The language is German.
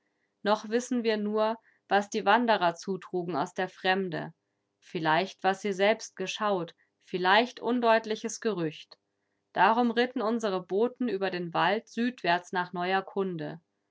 noch wissen wir nur was die wanderer zutrugen aus der fremde vielleicht was sie selbst geschaut vielleicht undeutliches gerücht darum ritten unsere boten über den wald südwärts nach neuer kunde